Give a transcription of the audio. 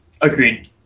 agreed